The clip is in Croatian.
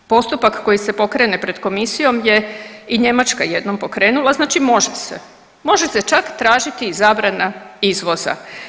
Postupak koji se pokrene pred komisijom je i Njemačka jednom pokrenula, znači može se, može se čak tražiti i zabrana izvoza.